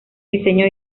diseño